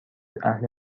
اهل